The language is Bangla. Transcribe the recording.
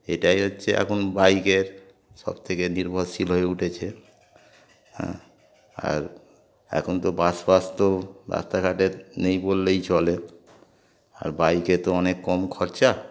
এটাই হচ্ছে এখন বাইকের সবথেকে নির্ভরশীল হয়ে উঠেছে হ্যাঁ আর এখন তো বাস ফাস তো রাস্তাঘাটের নেই বললেই চলে আর বাইকে তো অনেক কম খরচা